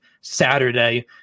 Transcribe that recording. Saturday